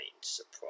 Surprise